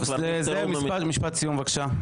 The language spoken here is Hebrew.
זאב, משפט סיום, בבקשה.